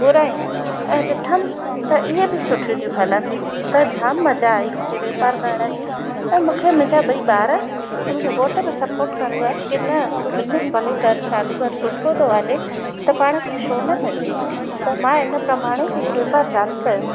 घुरायूं ऐं ॾिठमि त इहे बि सुठियूं थियूं हलनि त जाम मज़ा आई मूंखे वापारु करण जी ऐं मूंखे मुंहिंजा ॿई ॿार ऐं मुंहिंजो घोठ बि सपोट कंदो आहे की न तूं बिज़निस भले कर चालू कर सुठो थो हले त पाण छो न कजे त मां इन प्रमाणे इहो वापारु चालू कयो